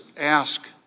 ask